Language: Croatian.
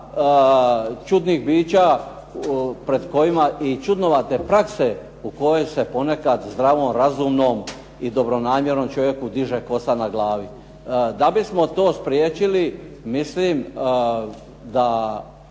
pred kojima i čudnovate prakse u kojoj se ponekad zdravom, razumnom i dobronamjernom čovjeku diže kosa na glavi. Da bismo to spriječili mislim da